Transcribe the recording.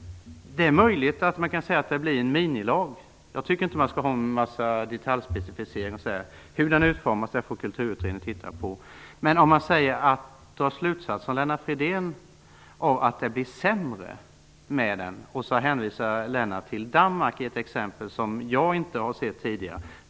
Det är möjligt att man kan säga att det blir en minimilag. Jag tycker inte att vi skall göra en massa detaljspecificeringar. Utformningen får Kulturutredningen titta på. Lennart Fridén drar slutsatsen att det blir sämre med en lag och hänvisar till Danmark, med ett exempel som jag inte har hört tidigare.